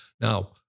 Now